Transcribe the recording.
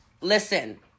listen